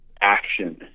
action